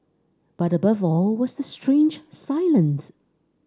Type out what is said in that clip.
but above all was the strange silence